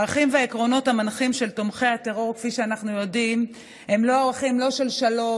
הערכים והעקרונות המנחים של תומכי הטרור הם לא ערכים של שלום,